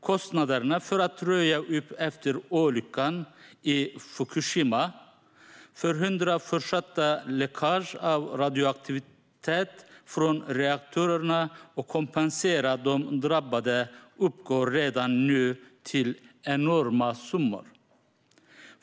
Kostnaderna för att röja upp efter olyckan i Fukushima, förhindra fortsatt läckage av radioaktivitet från reaktorerna och kompensera de drabbade uppgår redan nu till enorma summor.